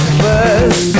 first